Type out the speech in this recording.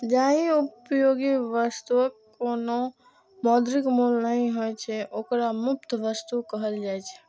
जाहि उपयोगी वस्तुक कोनो मौद्रिक मूल्य नहि होइ छै, ओकरा मुफ्त वस्तु कहल जाइ छै